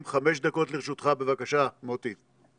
התעשיינים, חמש דקות לרשותך, בבקשה, מוטי.